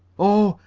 oh!